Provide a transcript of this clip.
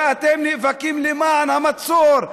ואתם נאבקים למען המצור.